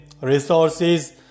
resources